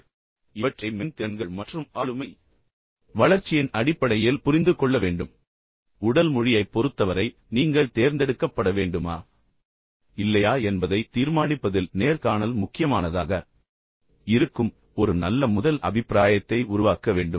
இப்போது இவை அனைத்தும் மென்மையான திறன்கள் மற்றும் ஆளுமை வளர்ச்சியின் அடிப்படையில் நாம் புரிந்து கொள்ள முயற்சித்து வருகிறோம் ஆனால் உடல் மொழியைப் பொறுத்தவரை நீங்கள் தேர்ந்தெடுக்கப்பட வேண்டுமா இல்லையா என்பதை தீர்மானிப்பதில் நேர்காணல் முக்கியமானதாக இருக்கும் அதனால்தான் நீங்கள் ஒரு நல்ல முதல் அபிப்பிராயத்தை உருவாக்க வேண்டும்